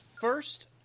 first